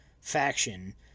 faction